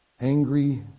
angry